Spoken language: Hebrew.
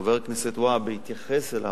שחבר הכנסת והבה התייחס אליו,